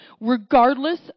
regardless